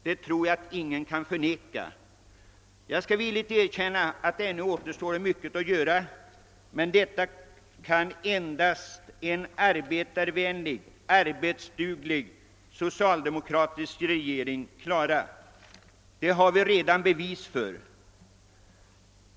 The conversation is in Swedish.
Jag tror inte att någon kan förneka detta. Jag skall villigt erkänna att det ännu återstår mycket att göra, men detta kan endast en arbetarvänlig, arbetsduglig socialdemokratisk regering klara, det har vi redan bevis för.